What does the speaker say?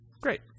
Great